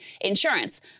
insurance